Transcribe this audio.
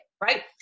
right